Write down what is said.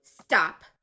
Stop